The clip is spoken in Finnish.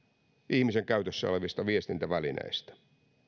ihmisen käytössä olevista viestintävälineistä